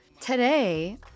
Today